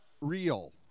real